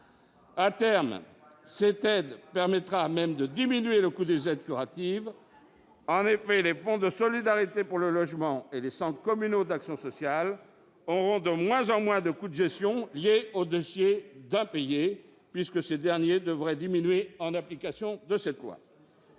À terme, cette aide permettra même de diminuer le coût des aides curatives. En effet, les fonds de solidarité pour le logement et les centres communaux d'action sociale auront de moins en moins de coûts de gestion liés aux dossiers d'impayés puisque ces derniers diminueront grâce à l'application de cette loi.